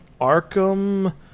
Arkham